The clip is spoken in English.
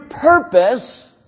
purpose